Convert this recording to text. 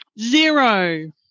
Zero